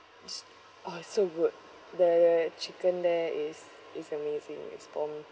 it's oh it's so good the chicken there is it's amazing it's bomb